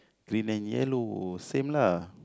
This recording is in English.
green and yellow same lah